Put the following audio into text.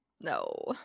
No